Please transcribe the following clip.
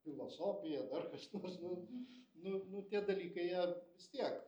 filosofija dar kas nors nu nu nu tie dalykai jie vis tiek